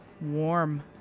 Warm